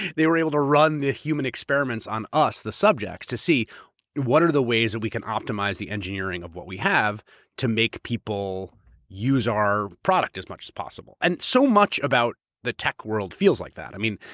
they were able to run the human experiments on us, the subjects, to see what are the ways that we can optimize the engineering of what we have to make people use our product as much as possible. and so much about the tech world feels like that, i mean,